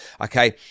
Okay